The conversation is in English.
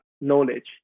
knowledge